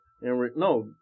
no